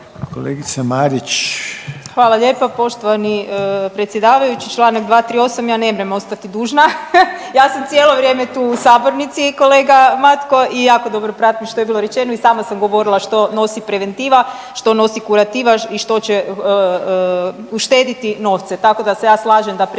Andreja (SDP)** Hvala lijepa poštovani predsjedavajući, čl. 238. Ja nemrem ostati dužna, ja sam cijelo vrijeme tu sabornici i kolega Matko i jako dobro pratim što je bilo rečeno i sama sam govorila što nosi preventiva, što nosi kurativa i što će uštediti novce. Tako da se ja slažem da preventiva